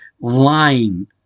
Lying